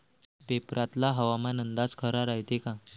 पेपरातला हवामान अंदाज खरा रायते का?